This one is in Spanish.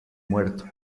muerto